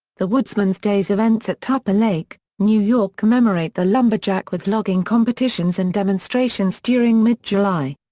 the woodsmen's days events at tupper lake, new york commemorate the lumberjack with logging competitions and demonstrations during mid-july.